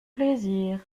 plaisir